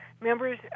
members